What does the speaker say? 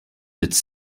its